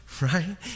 right